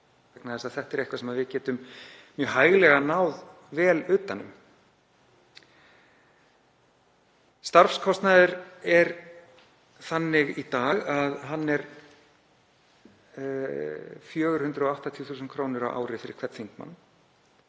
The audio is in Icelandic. vegna þess að þetta er eitthvað sem við getum mjög hæglega náð vel utan um. Starfskostnaður í dag er 480.000 kr. á ári fyrir hvern þingmann